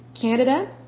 Canada